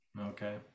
Okay